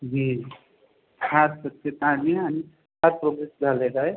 वीज खास स्वच्छता आली आनि हाच प्रोग्रेस झालेला आहे